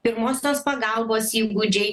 pirmosios pagalbos įgūdžiai